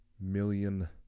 million